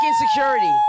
insecurity